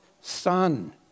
son